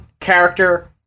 character